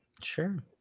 Sure